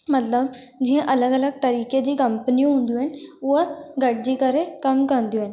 मतिलबु जीअं अलॻि अलॻि तरीक़े जी कंपनियूं हूंदियूं आहिनि उहा गॾिजी करे कमु कंदियूं आहिनि